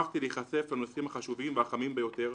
נוכחתי להיחשף לנושאים החשובים והחמים ביותר,